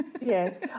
Yes